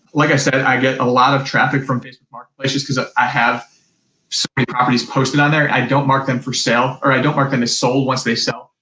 like i said, i get a lot of traffic from facebook marketplace, just cause ah i have so many properties posted on there. i don't mark them for sale, or i don't mark them as sold once they sell.